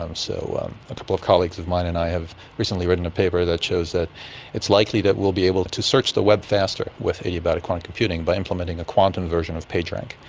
um so um a couple of colleagues of mine and i have recently written a paper that shows that it's likely that we'll be able to search the web faster with adiabatic quantum computing by implementing a quantum version of pagerank.